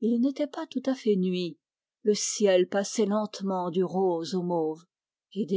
il n'était pas tout à fait nuit le ciel passait lentement du rose au mauve et